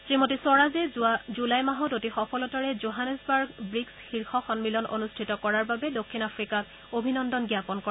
শ্ৰীমতী স্বৰাজে যোৱা জুলাই মাহত অতি সফলতাৰে জোহানেছবাৰ্গ ৱীক্ছ শীৰ্ষ সন্মিলন অনুষ্ঠিত কৰাৰ বাবে দক্ষিণ আফ্ৰিকাক অভিনন্দন জ্ঞাপন কৰে